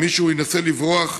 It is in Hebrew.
אם מישהו ינסה לברוח,